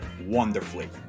wonderfully